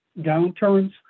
downturns